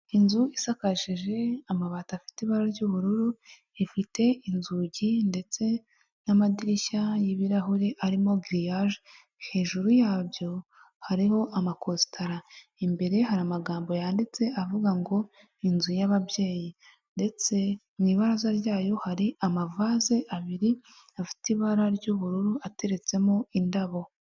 Inzu isakaje amabati afite ibara ry'ubururu, ifite inzugi ndetse n'amadirishya y'ibirahure arimo giriyaje, hejuru yabyo hariho amakositara, imbere hari amagambo yanditse avuga ngo inzu y'ababyeyi, ndetse mu ibaraza ryayo hari amavase abiri afite ibara ry'ubururu ateretsemo indabo.